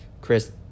Chris